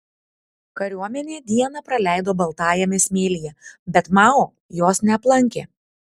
kariuomenė dieną praleido baltajame smėlyje bet mao jos neaplankė